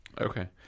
Okay